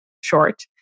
short